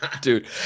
Dude